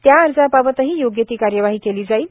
त्या अर्जाबाबतही योग्य ती कार्यवाही केली जाईल